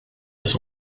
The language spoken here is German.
ist